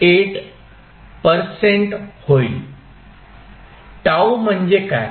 8 होईल T म्हणजे काय